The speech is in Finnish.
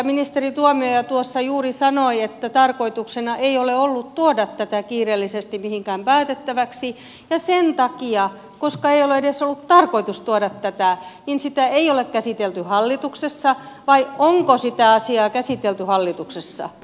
ministeri tuomioja tuossa juuri sanoi että tarkoituksena ei ole ollut tuoda tätä kiireellisesti mihinkään päätettäväksi ja sen takia koska ei ole edes ollut tarkoitus tuoda tätä niin sitä ei ole käsitelty hallituksessa vai onko sitä asiaa käsitelty hallituksessa